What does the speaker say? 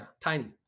tiny